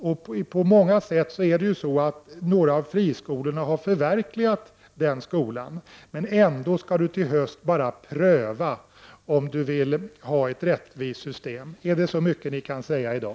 Några av friskolorna har på många sätt förverkligat den skolan. Ändå skall Ylva Johansson till hösten bara pröva om hon vill ha ett rättvist system. Är det allt ni kan säga i dag?